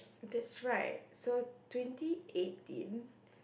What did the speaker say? that's right so twenty eighteen